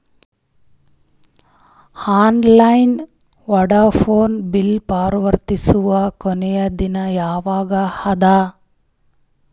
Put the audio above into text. Online Vodafone bill ಪಾವತಿಸುವ ಕೊನಿ ದಿನ ಯವಾಗ ಅದ?